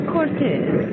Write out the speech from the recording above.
Cortez